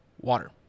water